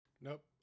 Nope